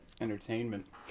Entertainment